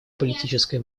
политической